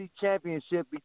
championship